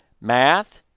Math